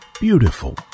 Beautiful